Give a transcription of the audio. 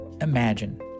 Imagine